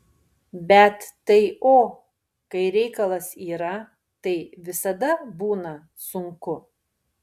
bet tai o kai reikalas yra tai visada būna sunku